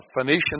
Phoenician